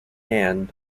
hand